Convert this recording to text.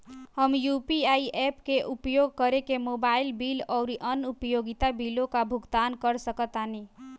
हम UPI apps के उपयोग करके मोबाइल बिल आउर अन्य उपयोगिता बिलों का भुगतान कर सकतानी